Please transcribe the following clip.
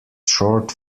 short